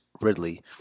Ridley